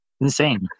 insane